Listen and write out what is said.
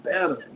better